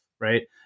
Right